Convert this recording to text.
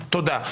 תודה.